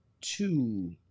Two